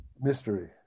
mystery